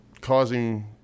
causing